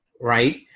right